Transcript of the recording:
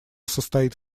состоит